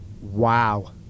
Wow